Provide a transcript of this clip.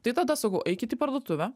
tai tada sakau eikit į parduotuvę